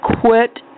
quit